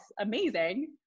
amazing